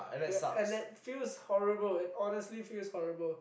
and it feels horrible it honestly feels horrible